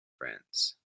france